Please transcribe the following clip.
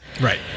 Right